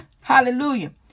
Hallelujah